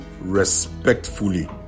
respectfully